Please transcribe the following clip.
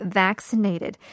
vaccinated